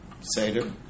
Seder